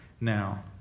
Now